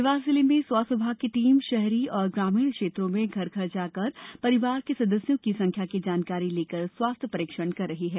देवास जिले में स्वास्थ्य विभाग की टीमे शहरी एवं ग्रामीण क्षेत्रों में घर घर जाकर परिवार के सदस्यों की संख्या की जानकारी लेकर स्वास्थ्य परीक्षण कर रही हैं